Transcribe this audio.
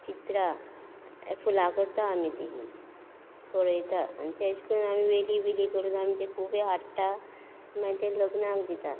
चित्रां फुलां करता आमी तेजीं पळयता आनी ताजे कडल्या वेली बिली करून आमी ते खूब हाडटा मागीर तें लग्नाक दिता